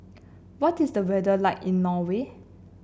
what is the weather like in Norway